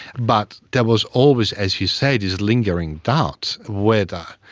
but there was always, as you say, these lingering doubts, whether